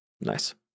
Nice